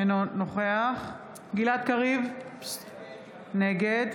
אינו נוכח גלעד קריב, נגד